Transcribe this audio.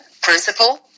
principle